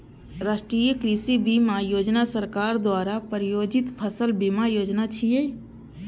राष्ट्रीय कृषि बीमा योजना सरकार द्वारा प्रायोजित फसल बीमा योजना छियै